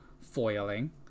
foiling